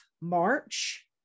March